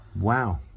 Wow